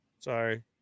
Sorry